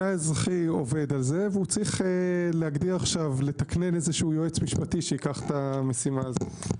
הוא עובד על זה והוא צריך לתקנן יועץ משפטי שייקח את המשימה הזאת.